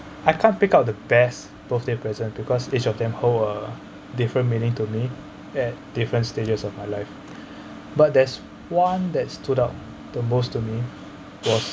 I can't pick out the best birthday present because each of them hold a different meaning to me at different stages of my life but there's one that stood out the most to me was